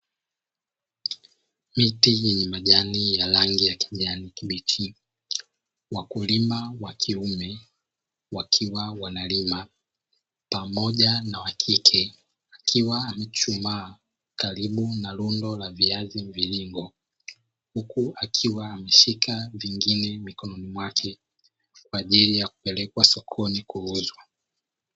Miti yenye majani ya rangi ya kijani kibichi, wakulima wakiume wakiwa wanalima pamoja na wakike akiwa amechuchumaa karibu na rundo la viazi mviringo, huku akiwa ameshika vingine mikononi mwake, kwa ajili ya kupelekwa sokoni kuuzwa.